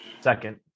Second